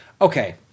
okay